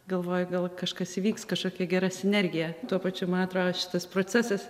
galvoju gal kažkas įvyks kažkokia gera sinergija tuo pačiu man atrodo šitas procesas